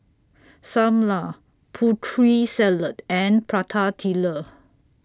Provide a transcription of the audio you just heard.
SAM Lau Putri Salad and Prata Telur